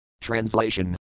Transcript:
Translation